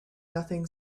nothing